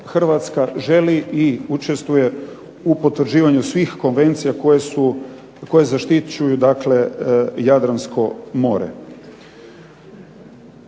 Hrvatska želi i učestvuje u potvrđivanju svih konvencija koje zaštićuju dakle Jadransko more.